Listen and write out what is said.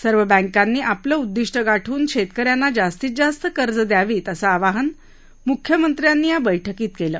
सर्व बँकांनी आपलं उद्दिष्ट गाठून शेतक यांना जास्तीत जास्त कर्ज द्यावीत असं आवाहन मुख्यमंत्र्यांनी या बैठकीत केलं